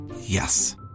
Yes